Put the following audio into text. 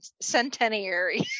centenary